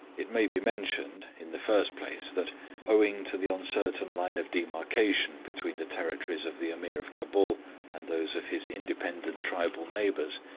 it may be mentioned, in the first place, that owing to the uncertain line of demarcation between the territories of the ameer of cabul and those of his independent tribal neighbours,